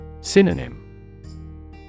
Synonym